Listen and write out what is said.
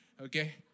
Okay